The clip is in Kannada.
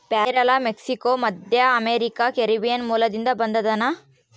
ಪೇರಲ ಮೆಕ್ಸಿಕೋ, ಮಧ್ಯಅಮೇರಿಕಾ, ಕೆರೀಬಿಯನ್ ಮೂಲದಿಂದ ಬಂದದನಾ